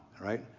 right